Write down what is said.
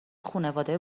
خونواده